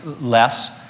less